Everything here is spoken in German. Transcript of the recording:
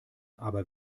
aber